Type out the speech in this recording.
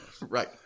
Right